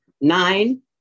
nine